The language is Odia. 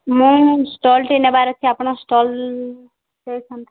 ମୁଁ ଷ୍ଟଲ୍ଟି ନେବାର ଅଛି ଆପଣ ଷ୍ଟଲ୍ ଦେଇଥାନ୍ତେ